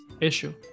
issue